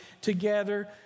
together